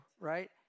right